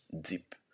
Deep